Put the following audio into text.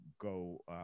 go